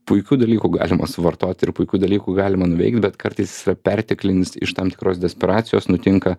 puikių dalykų galima suvartot ir puikių dalykų galima nuveikt bet kartais perteklinis iš tam tikros desperacijos nutinka